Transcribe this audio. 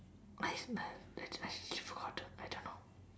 I smell that's why she I don't know